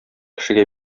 кешегә